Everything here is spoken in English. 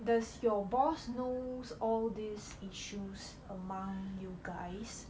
does your boss knows all these issues among you guys